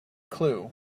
clue